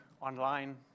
online